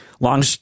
Long